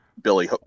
Billy